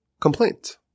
complaint